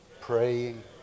praying